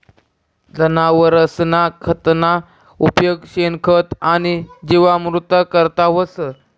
जनावरसना खतना उपेग शेणखत आणि जीवामृत करता व्हस